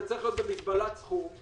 זה צריך להיות במגבלת סכום,